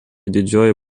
didžioji